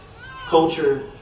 culture